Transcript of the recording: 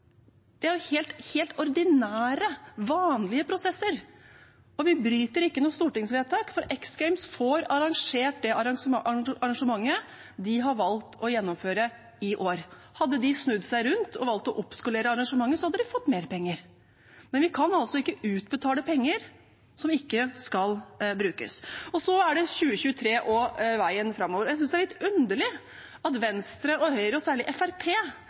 Det er helt ordinære, vanlige prosesser. Vi bryter ikke noe stortingsvedtak, for X Games får arrangert det arrangementet de har valgt å gjennomføre i år. Hadde de snudd seg rundt og valgt å oppskalere arrangementet, hadde de fått mer penger, men vi kan altså ikke utbetale penger som ikke skal brukes. Så er det 2023 og veien framover. Jeg synes det er litt underlig av Venstre, Høyre og særlig